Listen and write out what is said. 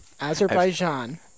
Azerbaijan